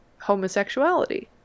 homosexuality